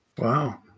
Wow